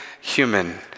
human